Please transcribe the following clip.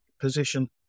position